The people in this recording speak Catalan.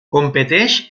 competeix